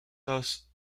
thus